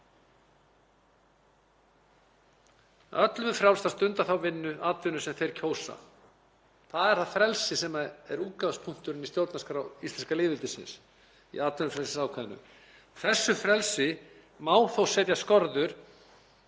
öllum sé frjálst að stunda þá atvinnu sem þeir kjósa — það er það frelsi sem er útgangspunkturinn í stjórnarskrá íslenska lýðveldisins í atvinnufrelsisákvæðinu. Þessu frelsi má þó setja skorður